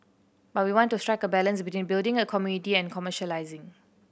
but we want to strike a balance between building a community and commercialising